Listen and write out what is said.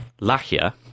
Lachia